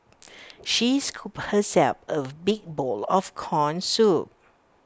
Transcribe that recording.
she scooped herself A big bowl of Corn Soup